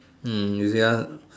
hmm you hear